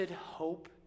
hope